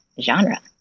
genre